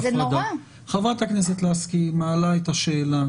חברת הכנסת לסקי מעלה את השאלה